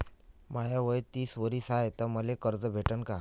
माय वय तीस वरीस हाय तर मले कर्ज भेटन का?